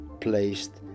placed